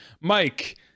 mike